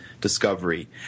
discovery